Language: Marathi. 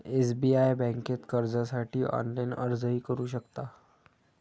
एस.बी.आय बँकेत कर्जासाठी ऑनलाइन अर्जही करू शकता